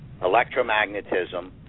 electromagnetism